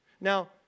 Now